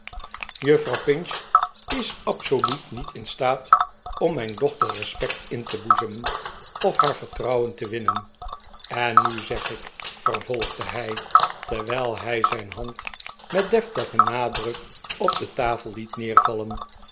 juffrouw pinch is absoluut niet in staat om mijn dochter respect in te boezemen of haar vertrouwen te winnen en nu zeg ik vervolgde hij terwijl hij zijn hand met deftigen nadruk op de tafel liet neervallen